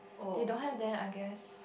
if don't have then I guess